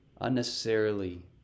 unnecessarily